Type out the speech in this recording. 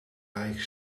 rijk